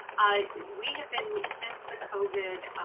i mean we have been, since the covid